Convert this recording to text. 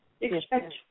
expect